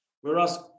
whereas